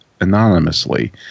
anonymously